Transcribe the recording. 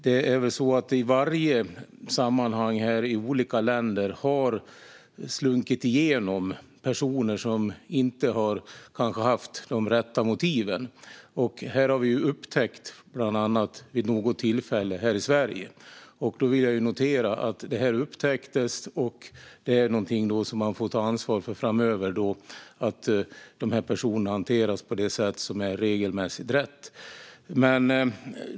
Det har i varje sammanhang i olika länder slunkit igenom personer som kanske inte har haft de rätta motiven. Vi har bland annat här i Sverige vid något tillfälle upptäckt detta. Jag vill notera att detta upptäcktes, och det är något man får ta ansvar för framöver - att dessa personer hanteras på det sätt som är regelmässigt rätt.